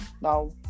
now